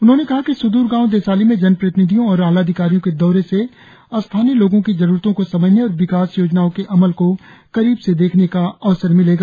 उन्होंने कहा कि स्द्र गांव देसाली में जनप्रतिनिधियों और आलाधिकारियों के दौरे से स्थानीय लोगों की जरुरतों को समझने और विकास योजनाओं के अमल को करीब से देखने का अवसर मिलेगा